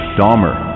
dahmer